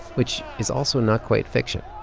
which is also not quite fiction.